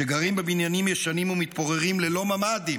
שגרים בבניינים ישנים ומתפוררים ללא ממ"דים?